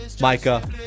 Micah